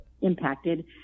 Impacted